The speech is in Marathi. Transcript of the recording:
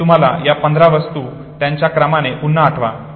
आणि मी म्हणालो की या 15 वस्तू त्यांच्या क्रमाने पुन्हा आठवा